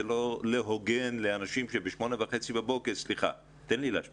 זה לא הוגן לאנשים שב-08:30 בבוקר באים